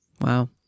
Wow